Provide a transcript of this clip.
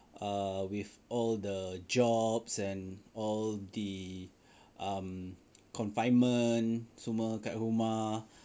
err with all the jobs and all the um confinement semua kat rumah